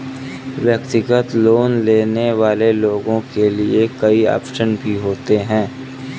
व्यक्तिगत लोन लेने वाले लोगों के लिये कई आप्शन भी होते हैं